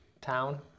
town